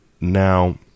Now